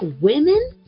women